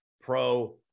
pro